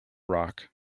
rock